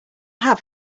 have